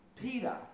Peter